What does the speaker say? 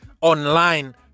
online